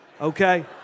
okay